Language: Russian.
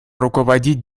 руководить